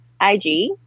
IG